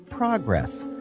Progress